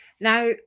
Now